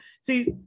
See